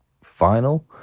final